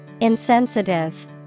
Insensitive